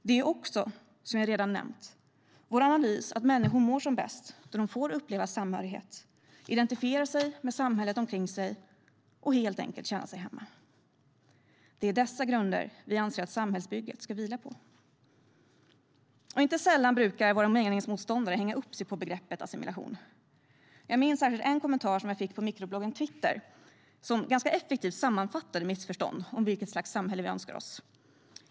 Det är också, som jag redan nämnt, vår analys att människor mår som bäst när de får uppleva samhörighet, identifiera sig med samhället omkring sig och helt enkelt känna sig hemma. Det är dessa grunder vi anser att samhällsbygget ska vila på. Inte sällan brukar våra meningsmotståndare hänga upp sig på begreppet assimilation. Jag minns särskilt en kommentar som jag fick på mikrobloggen Twitter, vilken ganska effektivt sammanfattade missförstånd om vilket slags samhälle vi önskar oss.